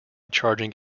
charging